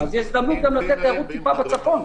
זו הזדמנות גם לתת תיירות טיפה בצפון.